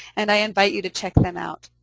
and i invite you to check them out.